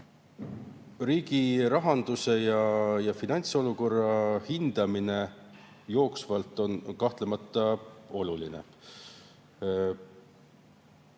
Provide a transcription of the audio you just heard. Riigi rahanduse ja finantsolukorra hindamine jooksvalt on kahtlemata oluline.